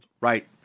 right